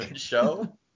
show